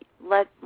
let